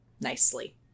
nicely